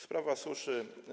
Sprawa suszy.